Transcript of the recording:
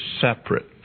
separate